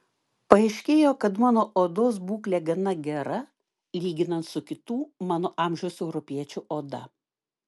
paaiškėjo kad mano odos būklė gana gera lyginant su kitų mano amžiaus europiečių oda